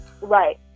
Right